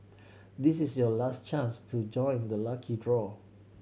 this is your last chance to join the lucky draw